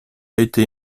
été